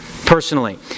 personally